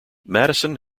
madison